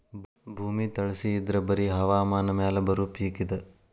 ಭೂಮಿ ತಳಸಿ ಇದ್ರ ಬರಿ ಹವಾಮಾನ ಮ್ಯಾಲ ಬರು ಪಿಕ್ ಇದ